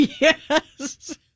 Yes